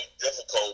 difficult